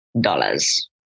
dollars